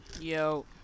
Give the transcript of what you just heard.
Yo